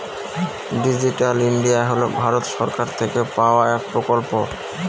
digital India হল ভারত সরকার থেকে পাওয়া এক প্রকল্প